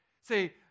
say